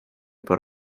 por